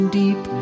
deep